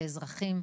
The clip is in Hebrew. כאזרחים,